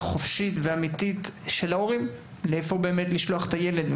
חופשית ואמיתית של הורים לאיפה לשלוח את הילד.